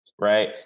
Right